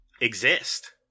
exist